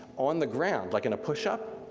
on the ground like in a push-up,